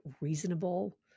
reasonable